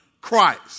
Christ